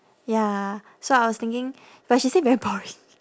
ya so I was thinking but she say very boring